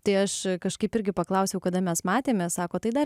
tai aš kažkaip irgi paklausiau kada mes matėmės sako tai dar